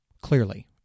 clearly